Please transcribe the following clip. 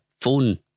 phone